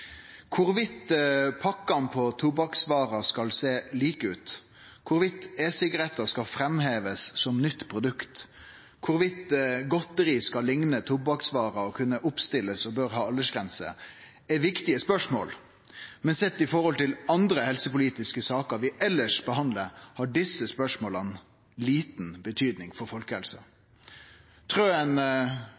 pakkane på tobakksvarer skal sjå like ut, om e-sigarettar skal framhevast som eit nytt produkt, om godteri skal likne på tobakksvarer, kunne stillast opp og bør ha aldersgrense, er viktige spørsmål, men sett i forhold til andre helsepolitiske saker vi elles behandlar, har desse spørsmåla lita betydning for